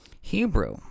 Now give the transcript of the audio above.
hebrew